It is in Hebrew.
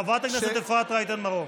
חברת הכנסת אפרת רייטן מרום.